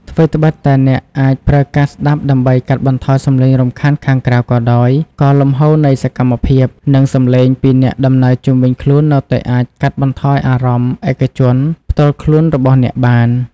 ថ្វីត្បិតតែអ្នកអាចប្រើកាសស្តាប់ដើម្បីកាត់បន្ថយសំឡេងរំខានខាងក្រៅក៏ដោយ ក៏លំហូរនៃសកម្មភាព និងសំឡេងពីអ្នកដំណើរជុំវិញខ្លួននៅតែអាចកាត់បន្ថយអារម្មណ៍ឯកជនផ្ទាល់ខ្លួនរបស់អ្នកបាន។